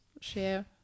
share